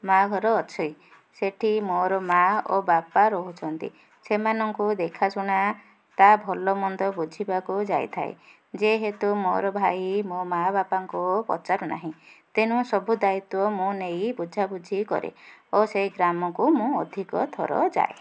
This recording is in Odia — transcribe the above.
ମା' ଘର ଅଛି ସେଠି ମୋର ମା' ଓ ବାପା ରହୁଛନ୍ତି ସେମାନଙ୍କୁ ଦେଖା ଶୁଣା ତା' ଭଲ ମନ୍ଦ ବୁଝିବାକୁ ଯାଇଥାଏ ଯେହେତୁ ମୋର ଭାଇ ମୋ ମା' ବାପାଙ୍କୁ ପଚାରୁନାହିଁ ତେଣୁ ସବୁ ଦାୟିତ୍ୱ ମୁଁ ନେଇ ବୁଝା ବୁଝି କରେ ଓ ସେଇ ଗ୍ରାମକୁ ମୁଁ ଅଧିକ ଥର ଯାଏ